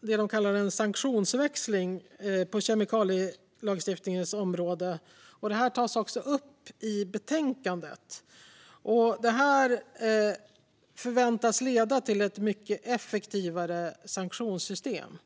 det de kallar en sanktionsväxling på kemikalielagstiftningens område. Detta tas också upp i betänkandet. Det förväntas leda till ett mycket effektivare sanktionssystem.